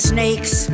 Snakes